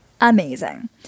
amazing